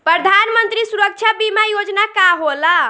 प्रधानमंत्री सुरक्षा बीमा योजना का होला?